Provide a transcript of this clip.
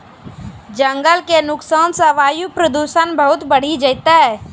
जंगल के नुकसान सॅ वायु प्रदूषण बहुत बढ़ी जैतै